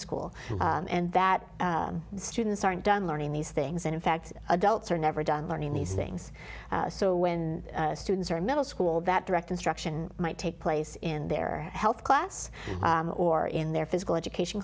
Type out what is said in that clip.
school and that students aren't done learning these things and in fact adults are never done learning these things so when students are in middle school that direct instruction might take place in their health class or in their physical education